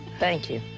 thank you.